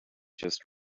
just